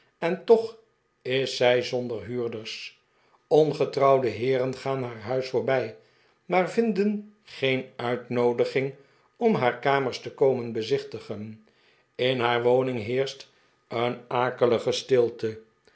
en toch is zij zonder huurders ongetrouwde heeren gaan haar huis voorbij maar vinden geen uitnoodiging om haar karaers te komen bezichtigen in haar woning heerscht een'akelige stilte